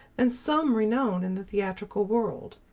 and some renown in the theatrical world.